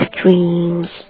dreams